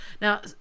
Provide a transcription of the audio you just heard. Now